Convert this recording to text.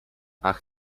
ach